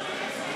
שקט.